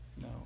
no